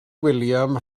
william